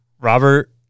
robert